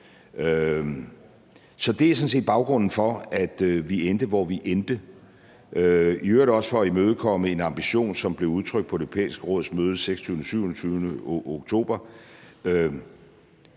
sådan set baggrunden for, at vi endte, hvor vi endte. Det var i øvrigt også for at imødekomme en ambition, som blev udtrykt på Det Europæiske Råds møde den 26.-27. oktober,